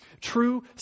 True